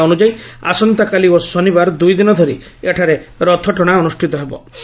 ପରମ୍ପରା ଅନ୍ଯାୟୀ ଆସନ୍ତାକାଲି ଓ ଶନିବାର ଦୁଇଦିନ ଧରି ଏଠାରେ ରଥଟଣା ଅନୁଷ୍ଠିତ ହେବ